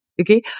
okay